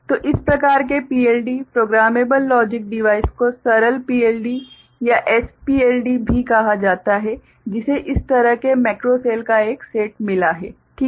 तो इस प्रकार के PLD प्रोग्रामेबल लॉजिक डिवाइस को सरल PLD या SPLD भी कहा जाता है जिसे इस तरह के मैक्रो सेल का एक सेट मिला है ठीक है